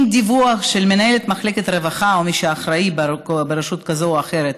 עם דיווח של מנהלת מחלקת הרווחה או מי שאחראי ברשות כזאת או אחרת,